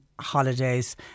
Holidays